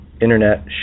Internet